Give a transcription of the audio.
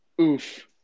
Oof